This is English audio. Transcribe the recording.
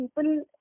people